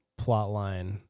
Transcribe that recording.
plotline